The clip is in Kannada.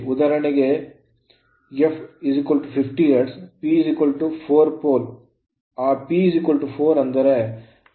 ಉದಾಹರಣೆಗೆ f 50 ಹರ್ಟ್ಜ್ P 4 4 pole ಯಂತ್ರ ಆ P 4 ಅಂದರೆ poles ಸಂಖ್ಯೆ